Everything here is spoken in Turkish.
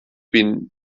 bin